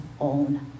own